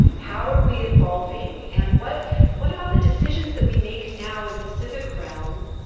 how are we evolving, and what what about the decisions that we make now, in the civic realm,